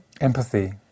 Empathy